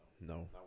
No